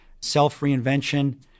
self-reinvention